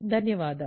ధన్యవాదాలు